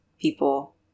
people